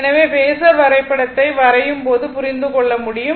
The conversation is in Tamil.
எனவே பேஸர் வரைபடத்தை வரையும் போது புரிந்து கொள்ள முடியும்